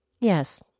Yes